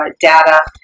data